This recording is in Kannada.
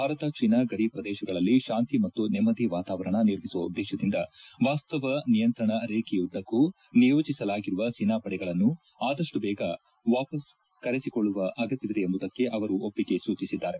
ಭಾರತ ಚೇನಾ ಗಡಿ ಪ್ರದೇಶಗಳಲ್ಲಿ ಶಾಂತಿ ಮತ್ತು ನೆಮ್ಮದಿ ವಾತಾವರಣ ನಿರ್ಮಿಸುವ ಉದ್ದೇಶದಿಂದ ವಾಸ್ತವ ನಿಯಂತ್ರಣ ರೇಖೆಯುದ್ದಕ್ಕೂ ನಿಯೋಜಿಸಲಾಗಿರುವ ಸೇನಾ ಪಡೆಗಳನ್ನು ಆದಷ್ಟು ಬೇಗ ವಾಪಸ್ ಕರೆಸಿಕೊಳ್ಳುವ ಅಗತ್ಯವಿದೆ ಎಂಬುದಕ್ಕೆ ಅವರು ಒಪ್ಪಿಗೆ ಸೂಚಿಸಿದ್ದಾರೆ